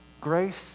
grace